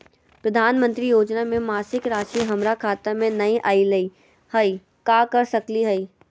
प्रधानमंत्री योजना के मासिक रासि हमरा खाता में नई आइलई हई, का कर सकली हई?